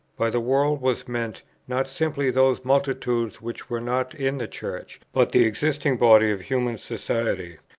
by the world was meant, not simply those multitudes which were not in the church, but the existing body of human society,